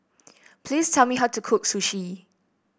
please tell me how to cook Sushi